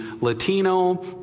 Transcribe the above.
Latino